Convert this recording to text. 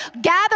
gather